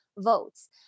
Votes